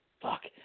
Fuck